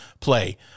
play